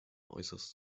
äußerst